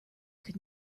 could